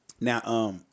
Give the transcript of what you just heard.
Now